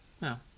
No